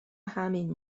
همین